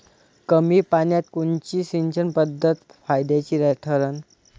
कमी पान्यात कोनची सिंचन पद्धत फायद्याची ठरन?